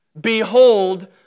behold